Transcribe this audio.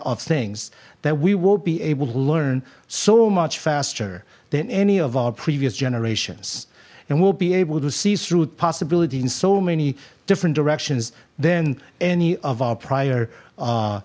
of things that we will be able to learn so much faster than any of our previous generations and we'll be able to see through possibility in so many different directions then any of our prior